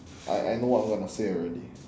I I know what I'm gonna say already